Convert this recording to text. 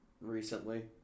recently